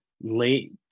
late